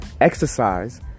exercise